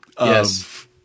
Yes